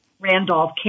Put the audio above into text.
Randolph